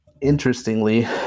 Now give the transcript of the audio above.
Interestingly